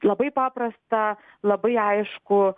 labai paprasta labai aišku